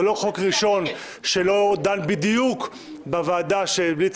זה לא חוק ראשון שלא דן בדיוק בוועדה שהמליצה